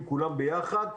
כולם ביחד.